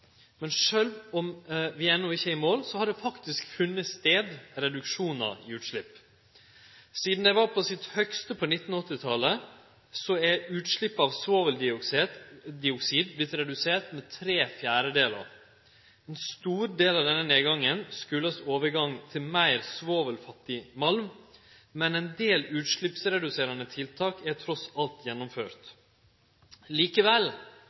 Men sjølv om vi enno ikkje er i mål, har det faktisk funne stad reduksjonar i utsleppa. Sidan dei var på sitt høgste på 1980-talet, har utsleppa av svoveldioksid vorte reduserte med tre fjerdedelar. Ein stor del av denne